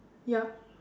yup